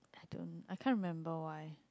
I don't I can't remember why